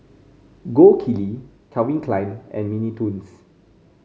Gold Kili Calvin Klein and Mini Toons